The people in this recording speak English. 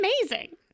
amazing